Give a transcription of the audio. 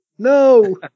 No